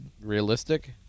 realistic